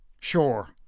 Sure